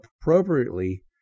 appropriately